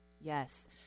Yes